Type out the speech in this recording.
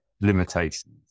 limitations